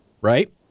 Right